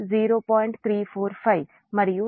345 మరియు ఇది j 0